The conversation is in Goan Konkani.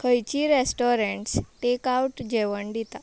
खंयचीं रॅस्टोरंट्स टेक आवट जेवण दिता